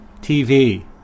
TV